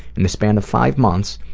in the span of five months,